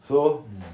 so